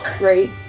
Right